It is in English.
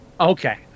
Okay